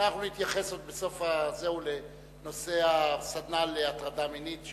אנחנו נתייחס בסוף לסדנה שהיתה בנושא הטרדה מינית.